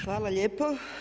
Hvala lijepo.